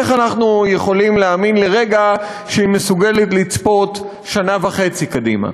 איך אנחנו יכולים להאמין לרגע שהיא מסוגלת לצפות שנה וחצי קדימה?